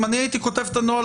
אם אני הייתי כותב את הנוהל,